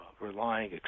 relying